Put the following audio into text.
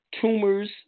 tumors